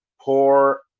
poor